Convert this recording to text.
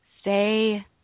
Stay